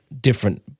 different